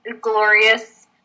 glorious